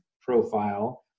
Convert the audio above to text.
profile